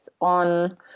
on